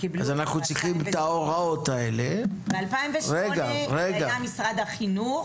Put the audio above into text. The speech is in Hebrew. אז אנחנו צריכים את ההוראות האלה --- ב-2008 זה היה משרד החינוך,